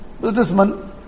businessman